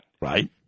Right